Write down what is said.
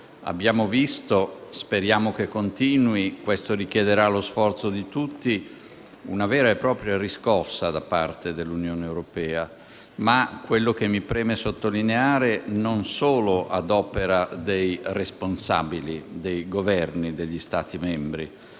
abbiamo visto - speriamo che continui e questo richiederà lo sforzo di tutti - una vera e propria riscossa da parte dell'Unione europea. Quello che però mi preme sottolineare è che ciò è avvenuto non solo ad opera dei responsabili dei Governi degli Stati membri,